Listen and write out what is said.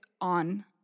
on